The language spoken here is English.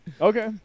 Okay